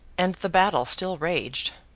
and the battle still raged.